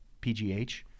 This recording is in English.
Pgh